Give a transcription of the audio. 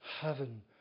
heaven